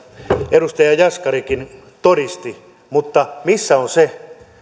edustaja jaskarikin todisti mutta missä on